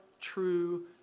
true